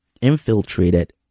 infiltrated